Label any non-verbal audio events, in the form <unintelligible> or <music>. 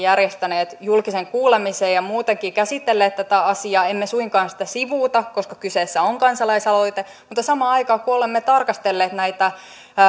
<unintelligible> järjestäneet julkisen kuulemisen ja muutenkin käsitelleet tätä asiaa emme suinkaan sitä sivuuta koska kyseessä on kansalaisaloite mutta samaan aikaan kun olemme tarkastelleet näitä